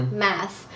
，math，